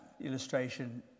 illustration